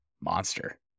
monster